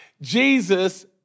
Jesus